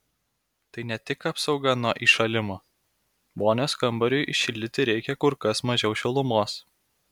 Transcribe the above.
tai ne tik apsauga nuo įšalimo vonios kambariui šildyti reikia kur kas mažiau šilumos